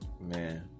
Man